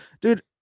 dude